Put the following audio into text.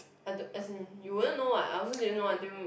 I don't as in you will know what I also didn't know until